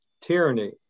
tyranny